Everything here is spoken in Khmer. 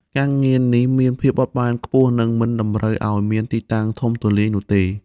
ការងារនេះមានភាពបត់បែនខ្ពស់និងមិនតម្រូវឱ្យមានទីតាំងធំទូលាយនោះទេ។